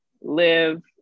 live